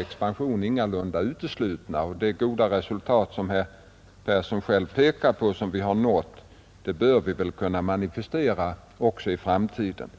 expansion i Värmland ingalunda är uteslutna, Och de goda resultat som vi har fått och som herr Persson själv pekar på bör vi väl kunna realisera också i framtiden.